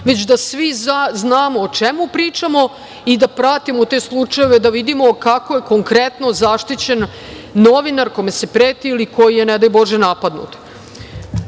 već da svi znamo o čemu pričamo i da pratimo te slučajeve, da vidimo kako je konkretno zaštićen novinar kome se preti ili koji je, ne daj Bože, napadnut. Ovde